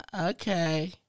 okay